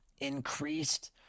increased